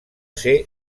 ser